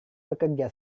bekerja